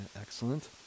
Excellent